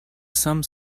some